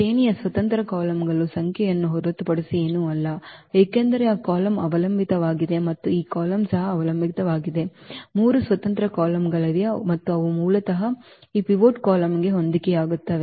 ಶ್ರೇಣಿಯು ಸ್ವತಂತ್ರ ಕಾಲಮ್ಗಳ ಸಂಖ್ಯೆಯನ್ನು ಹೊರತುಪಡಿಸಿ ಏನೂ ಅಲ್ಲ ಏಕೆಂದರೆ ಈ ಕಾಲಮ್ ಅವಲಂಬಿತವಾಗಿದೆ ಮತ್ತು ಈ ಕಾಲಮ್ ಸಹ ಅವಲಂಬಿತವಾಗಿದೆ 3 ಸ್ವತಂತ್ರ ಕಾಲಮ್ಗಳಿವೆ ಮತ್ತು ಅವು ಮೂಲತಃ ಈ ಪಿವೋಟ್ ಕಾಲಮ್ಗೆ ಹೊಂದಿಕೆಯಾಗುತ್ತವೆ